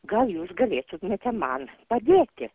gal jūs galėtumėte man padėti